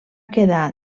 quedar